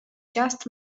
just